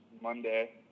Monday